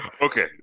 Okay